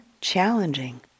challenging